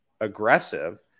aggressive